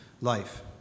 life